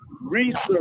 research